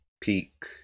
peak